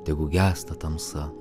tegu gęsta tamsa